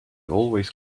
always